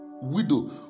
widow